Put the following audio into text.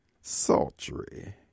sultry